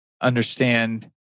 understand